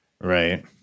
right